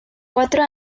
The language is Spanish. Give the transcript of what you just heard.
cuatro